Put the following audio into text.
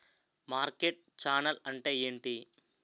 Market channel అంటే ఏంటి?